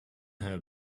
her